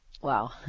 Wow